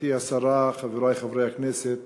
גברתי השרה, חברי חברי הכנסת,